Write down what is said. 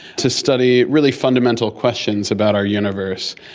to study really fundamental questions about our universe,